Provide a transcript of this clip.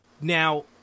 Now